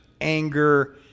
anger